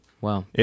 Wow